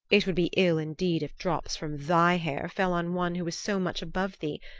it would be ill indeed if drops from thy hair fell on one who is so much above thee,